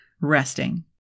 resting